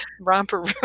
romper